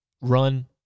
run